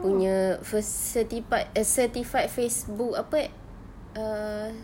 punya first certified facebook apa err